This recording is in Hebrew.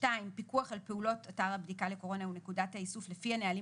פיקוח על פעולות אתר הבדיקה לקורונה או נקודת האיסוף לפי הנהלים